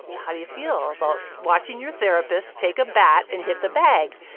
how do you feel about watching your therapist take a bat and hit the bag?